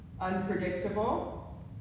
Unpredictable